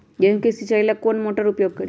गेंहू के सिंचाई ला कौन मोटर उपयोग करी?